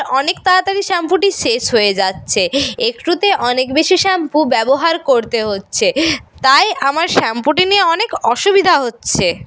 আর অনেক তাড়াতাড়ি শ্যাম্পুটি শেষ হয়ে যাচ্ছে একটুতেই অনেক বেশি শ্যাম্পু ব্যবহার করতে হচ্ছে তাই আমার শ্যাম্পুটি নিয়ে অনেক অসুবিধা হচ্ছে